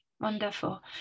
wonderful